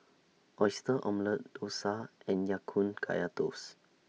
Oyster Omelette Dosa and Ya Kun Kaya Toast